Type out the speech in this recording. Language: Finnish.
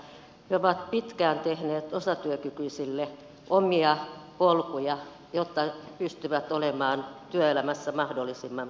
he ovat pitkään tehneet osatyökykyisille omia polkuja jotta nämä pystyvät olemaan työelämässä mahdollisimman pitkään